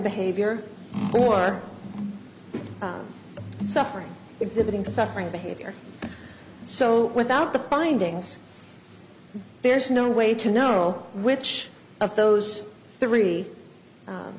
behavior or suffering exhibiting suffering behavior so without the findings there's no way to know which of those three